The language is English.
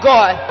God